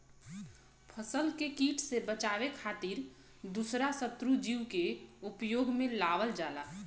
फसल के किट से बचावे खातिर दूसरा शत्रु जीव के उपयोग में लावल जाला